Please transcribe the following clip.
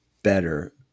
better